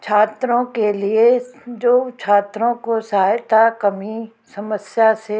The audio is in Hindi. छात्राें के लिए जो छात्रों को सहायता कमी समस्या से